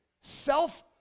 self